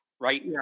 right